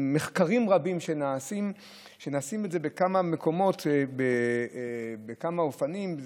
עם מחקרים רבים שנעשים בכמה מקומות ובכמה אופנים.